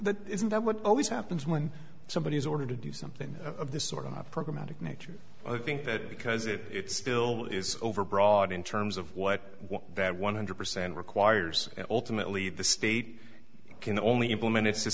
that isn't that what always happens when somebody is ordered to do something of this sort of programatic nature i think that because it still is overbroad in terms of what that one hundred percent requires and ultimately the state can only implement